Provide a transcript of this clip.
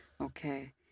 Okay